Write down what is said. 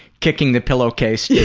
kicking the pillowcase yeah